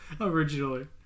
Originally